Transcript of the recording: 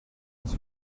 its